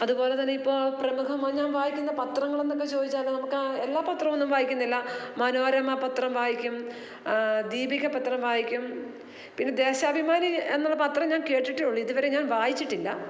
അതുപോലെ തന്നെ ഇപ്പോൾ പ്രമുഖ ഞാൻ വായിക്കുന്ന പത്രങ്ങളെന്നൊക്കെ ചോദിച്ചാൽ നമുക്ക് എല്ലാ പത്രമൊന്നും വായിക്കുന്നില്ല മനോരമ പത്രം വായിക്കും ദീപിക പത്രം വായിക്കും പിന്നെ ദേശാഭിമാനി എന്നുള്ള പത്രം ഞാൻ കേട്ടിട്ടേയുള്ളൂ ഇതുവരെ ഞാൻ വായിച്ചിട്ടില്ല